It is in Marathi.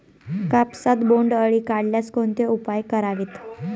कापसात बोंडअळी आढळल्यास कोणते उपाय करावेत?